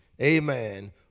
amen